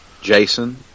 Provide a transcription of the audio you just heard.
Jason